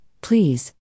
please